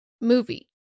movie